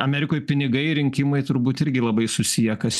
amerikoj pinigai rinkimai turbūt irgi labai susiję kas